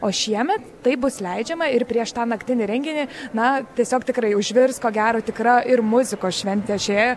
o šiemet tai bus leidžiama ir prieš tą naktinį renginį na tiesiog tikrai užvirs ko gero tikra ir muzikos šventė šioje